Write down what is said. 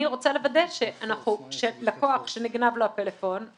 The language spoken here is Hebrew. אני רוצה לוודא, שלקוח שנגנב לו הסלולרי,